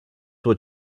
what